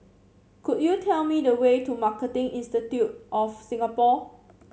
could you tell me the way to Marketing Institute of Singapore